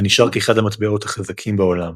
ונשאר כאחד המטבעות החזקים בעולם.